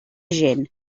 gent